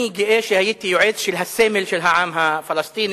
אני גאה שהייתי יועץ של הסמל של העם הפלסטיני.